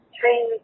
train